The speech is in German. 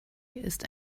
ist